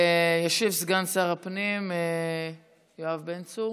ישיב סגן שר הפנים יואב בן צור.